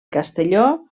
castelló